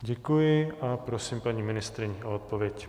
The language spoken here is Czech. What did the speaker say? Děkuji a prosím paní ministryni o odpověď.